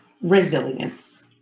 resilience